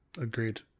agreed